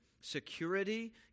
security